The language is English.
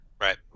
Right